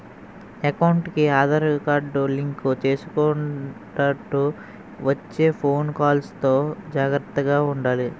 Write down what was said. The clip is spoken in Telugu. ఎకౌంటుకి ఆదార్ కార్డు లింకు చేసుకొండంటూ వచ్చే ఫోను కాల్స్ తో జాగర్తగా ఉండాలి